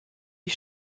die